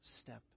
step